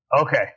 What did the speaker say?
Okay